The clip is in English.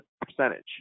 percentage